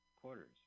quarters